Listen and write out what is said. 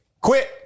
quit